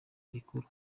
rikuru